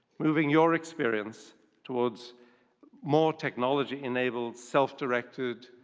moving your experience towards more technology enabled, self-directed,